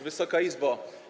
Wysoka Izbo!